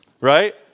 right